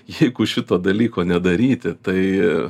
jeigu šito dalyko nedaryti tai